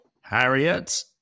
Harriet